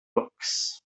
books